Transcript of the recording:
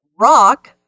Rock